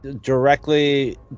directly